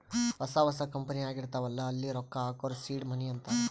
ಹೊಸಾ ಹೊಸಾ ಕಂಪನಿ ಆಗಿರ್ತಾವ್ ಅಲ್ಲಾ ಅಲ್ಲಿ ರೊಕ್ಕಾ ಹಾಕೂರ್ ಸೀಡ್ ಮನಿ ಅಂತಾರ